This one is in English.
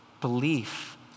belief